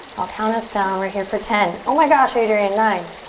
i'll count us down. we're here for ten. oh my gosh, adriene, nine.